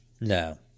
No